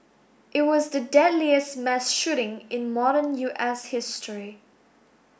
it was the deadliest mass shooting in modern U S history